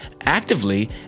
actively